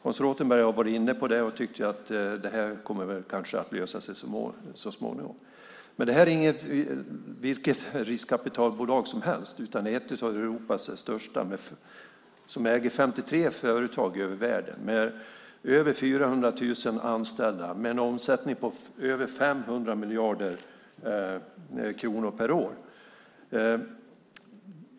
Hans Rothenberg har varit inne på det och tror att det kommer att lösa sig så småningom. Men det här är inte vilket riskkapitalbolag som helst, utan det är ett av Europas största som äger 53 företag över världen med över 400 000 anställda och en omsättning på över 500 miljarder kronor per år.